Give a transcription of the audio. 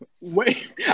Wait